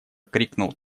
крикнул